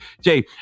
Jay